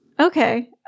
Okay